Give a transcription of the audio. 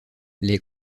les